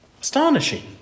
Astonishing